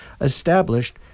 established